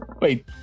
Wait